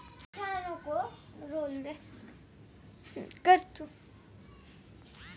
मी प्रधानमंत्री जन विकास योजनेसाठी अर्ज करू शकतो का?